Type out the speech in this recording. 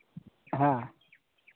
हाँ